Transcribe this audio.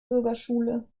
bürgerschule